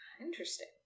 Interesting